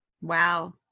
Wow